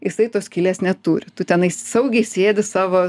jisai tos skylės neturi tu tenai saugiai sėdi savo